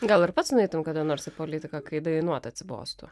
gal ir pats nueitum kada nors į politiką kai dainuot atsibostų